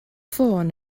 ffôn